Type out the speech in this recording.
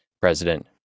president